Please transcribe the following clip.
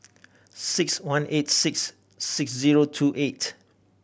six one eight six six zero two eight